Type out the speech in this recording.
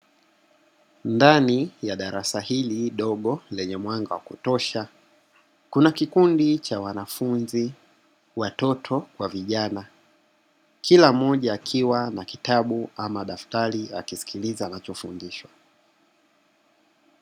Ndani ya darasa hili dogo, lenye mwanga wa kutosha, kuna kikundi cha wanafunzi watoto kwa vijana kila mmoja akiwa na kitabu ama daftari, akisikiliza anacho fundishwa.